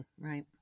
right